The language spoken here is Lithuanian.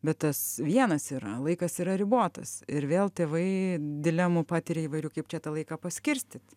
bet tas vienas yra laikas yra ribotas ir vėl tėvai dilemų patiria įvairių kaip čia tą laiką paskirstyt